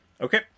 Okay